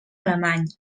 alemany